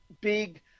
big